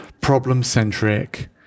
problem-centric